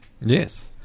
Yes